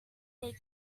they